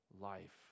life